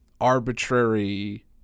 arbitrary